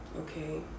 okay